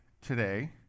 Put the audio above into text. today